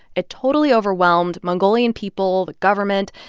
it totally overwhelmed mongolian people, the government.